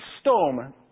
storm